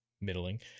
middling